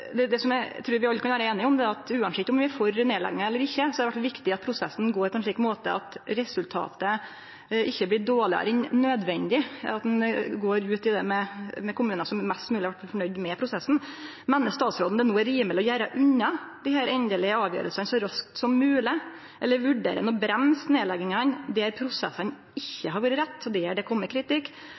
at uansett om vi er for nedlegging eller ikkje, er det iallfall viktig at prosessen går på ein slik måte at resultatet ikkje blir dårlegare enn nødvendig, at ein går ut med kommunar som er mest mogleg fornøgde med prosessen. Meiner statsråden det no er rimeleg å gjere unna desse endelege avgjerslene så raskt som mogleg, eller vurderer han å bremse nedleggingane der prosessane ikkje har vore rett, der det har kome kritikk,